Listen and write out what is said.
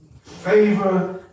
Favor